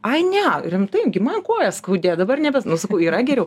ai ne rimtai gi man kojas skaudėjo dabar nebe nu sakau yra geriau